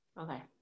Okay